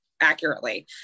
accurately